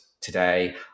today